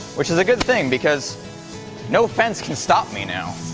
which is a good thing because no fence can stop me now.